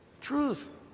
truth